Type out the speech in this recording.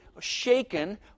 shaken